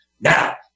now